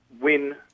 win